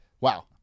Wow